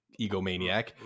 egomaniac